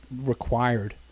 required